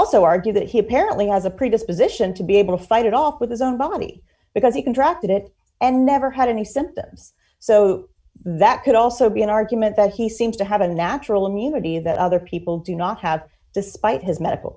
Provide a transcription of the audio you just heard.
also argue that he apparently has a predisposition to be able to fight it off with his own body because he contracted it and never had any symptoms so that could also be an argument that he seems to have a natural immunity that other people do not have despite his medical